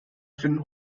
finden